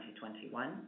2021